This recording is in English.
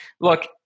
look